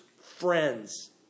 friends